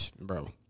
Bro